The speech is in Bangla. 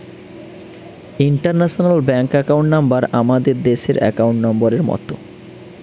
ইন্টারন্যাশনাল ব্যাংক একাউন্ট নাম্বার আমাদের দেশের একাউন্ট নম্বরের মত